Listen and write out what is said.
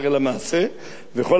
וכל המרבה בדברים מביא חטא.